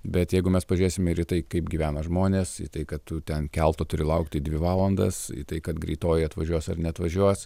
bet jeigu mes pažiūrėsim ir į tai kaip gyvena žmonės tai kad tu ten kelto turi laukti dvi valandas į tai kad greitoji atvažiuos ar neatvažiuos